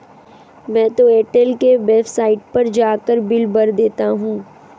मैं तो एयरटेल के वेबसाइट पर जाकर बिल भर देता हूं